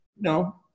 no